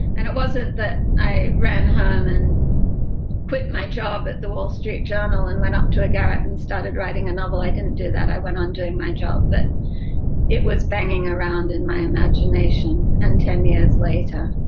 and it wasn't that i ran home and quit my job at the wall street journal and went up to a garret and started writing a novel i didn't do that i went on doing my job, but it was banging around in my imagination. and ten years later,